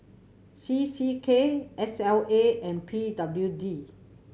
C C K S L A and P W D